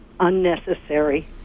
unnecessary